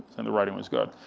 and the writing was good.